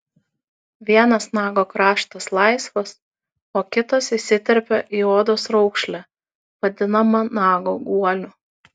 vienas nago kraštas laisvas o kitas įsiterpia į odos raukšlę vadinamą nago guoliu